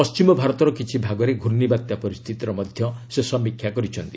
ପଶ୍ଚିମ ଭାରତର କିଛି ଭାଗରେ ଘୂର୍ଣ୍ଣିବାତ୍ୟା ପରିସ୍ଥିତିର ମଧ୍ୟ ସେ ସମୀକ୍ଷା କରିଛନ୍ତି